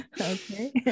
Okay